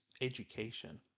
education